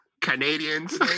Canadians